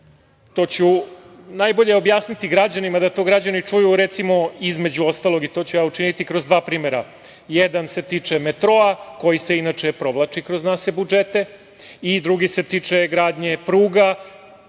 to ću najbolje objasniti građanima, da to građani čuju, između ostalog, to ću učiniti kroz dva primera. Jedan se tiče metroa, koji se inače provlači kroz naše budžete i drugi se tiče gradnje pruga